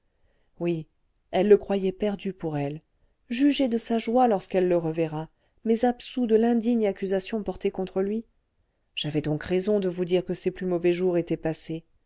oui elle le croyait perdu pour elle jugez de sa joie lorsqu'elle le reverra mais absous de l'indigne accusation portée contre lui j'avais donc raison de vous dire que ses plus mauvais jours étaient passés